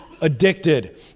addicted